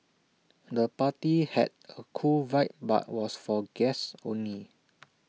the party had A cool vibe but was for guests only